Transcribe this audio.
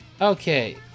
Okay